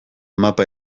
mapa